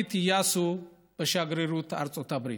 חגית יאסו בשגרירות ארצות הברית.